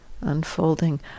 unfolding